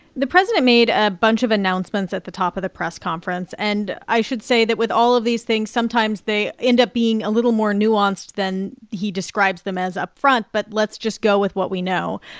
the president made a bunch of announcements at the top of the press conference, and i should say that with all of these things, sometimes, they end up being a little more nuanced than he describes them as upfront. but let's just go with what we know.